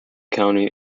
county